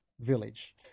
village